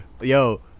Yo